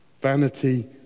Vanity